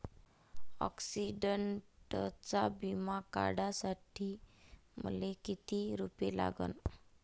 ॲक्सिडंटचा बिमा काढा साठी मले किती रूपे भरा लागन?